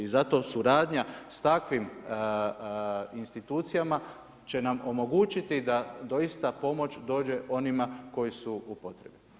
I zato suradnja sa takvim institucijama će nam omogućiti da doista pomoć dođe onima koji su u potrebi.